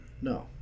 No